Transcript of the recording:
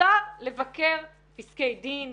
מותר לבקר פסקי דין,